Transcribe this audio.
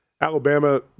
Alabama